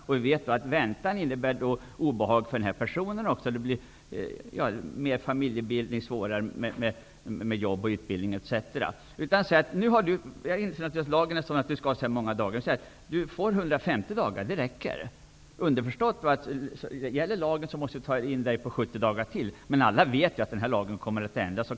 Vi vet att väntan innebär obehag för Kalle. Han får det svårare med familjebildning, utbildning och jobb. Lagen säger visserligen att Kalle skall utbildas ett visst antal dagar. Man kanske ändå kan säga att Kalle kan få utbildning i 150 dagar. Det är då underförstått att han enligt lagen måste få ytterligare 70 dagar. Alla vet dock att lagen kommer att ändras.